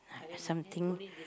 something